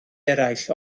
eraill